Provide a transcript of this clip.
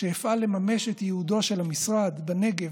כשאפעל לממש את ייעודו של המשרד בנגב,